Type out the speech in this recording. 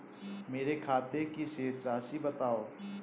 मेरे खाते की शेष राशि बताओ?